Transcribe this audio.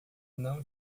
não